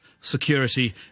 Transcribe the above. security